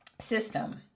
system